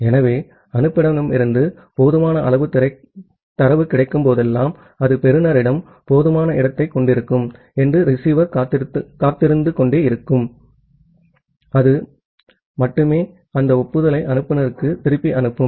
ஆகவே அனுப்புநரிடமிருந்து போதுமான தரவு கிடைக்கும் போதெல்லாம் அது பெறுநரிடம் போதுமான இடத்தைக் கொண்டிருக்கும் என்று ரிசீவர் காத்திருந்து கொண்டே இருங்கள் அது மட்டுமே அந்த ஒப்புதலை அனுப்புநருக்கு திருப்பி அனுப்பும்